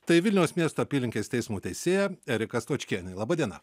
tai vilniaus miesto apylinkės teismo teisėja erika stočkiene laba diena